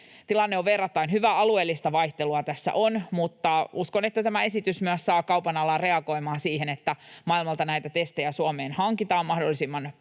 Tilanne on verrattain hyvä, alueellista vaihtelua tässä on, mutta uskon, että tämä esitys myös saa kaupan alaa reagoimaan siihen, että maailmalta näitä testejä Suomeen hankitaan mahdollisimman paljon